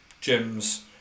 gyms